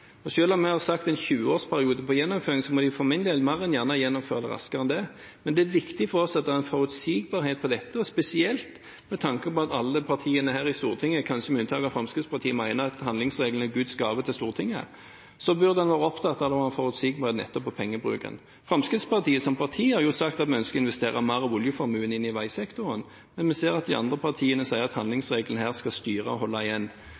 om vi har sagt at det er en 20-årsperiode på gjennomføringen, må de for min del mer enn gjerne gjennomføre det raskere enn det. Men det er viktig for oss at det er en forutsigbarhet her, og spesielt med tanke på at alle partiene her i Stortinget, kanskje med unntak av Fremskrittspartiet, mener at handlingsregelen er Guds gave til Stortinget, burde man være opptatt av forutsigbarhet nettopp når det gjelder pengebruken. Fremskrittspartiet som parti har sagt at man ønsker å investere mer av oljeformuen i veisektoren, men vi ser at de andre partiene sier at handlingsregelen her skal styre og holde igjen.